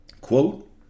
quote